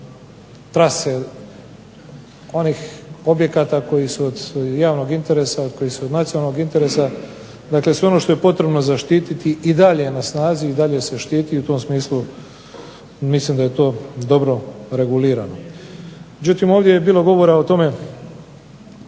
trase onih objekata koji su od javnog interesa, koji su od nacionalnog interesa. Dakle, sve ono što je potrebno zaštiti i dalje je na snazi i dalje se štiti i u tom smislu mislim da je to dobro regulirano.